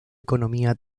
economía